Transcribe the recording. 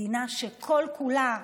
מדינה שכל-כולה,